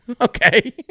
okay